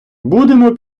будемо